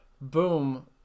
boom